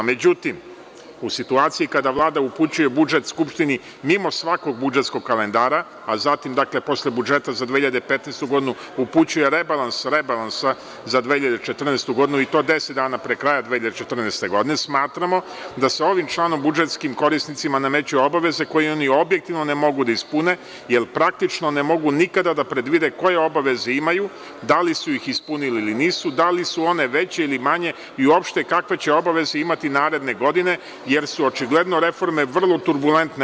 Međutim, u situaciji kada Vlada upućuje budžet Skupštini mimo svakog budžetskog kalendara, a posle budžeta za 2015. godinu upućuje rebalans rebalansa za 2014. godinu i to deset dana pre kraja 2014. godine, smatramo da se ovim članom budžetskim korisnicima nameću obaveze koje oni objektivno ne mogu da ispune jer praktično ne mogu nikada da predvide koje obaveze imaju, da li su ih ispunili ili nisu, da li su one veće ili manje i uopšte kakve će obaveze imati naredne godine, jer su očigledno reforme vrlo turbulentne.